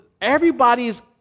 everybody's